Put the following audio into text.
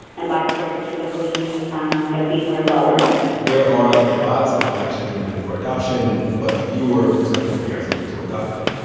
and black children, typically um the fees are lower there are lots of black children waiting for adoption but fewer prospective parents looking to adopt them.